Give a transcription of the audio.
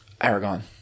aragon